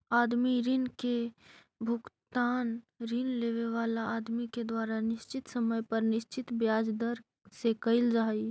आदमी ऋण के भुगतान ऋण लेवे वाला आदमी के द्वारा निश्चित समय पर निश्चित ब्याज दर से कईल जा हई